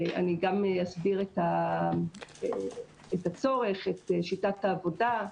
אני גם אסביר את הצורך, את שיטת העבודה,